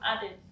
added